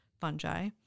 fungi